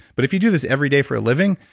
but, if you do this every day for a living,